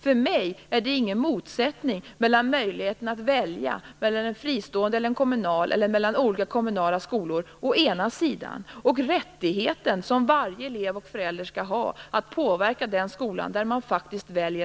För mig är det ingen motsättning mellan möjligheten att välja mellan en fristående och kommunal skola eller olika kommunala skolor å ena sidan och å den andra rättigheten för varje elev och förälder att påverka den skola man väljer.